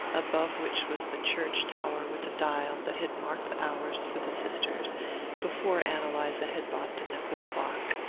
above which was the church tower with the dial that had marked the hours for the sisters before ann eliza had bought the nickel clock.